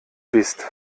bist